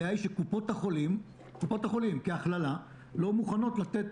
הבעיה היא שקופות החולים כהכללה לא מוכנות לתת